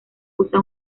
usa